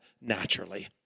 naturally